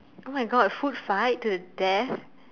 !oh-my-God! food fight to death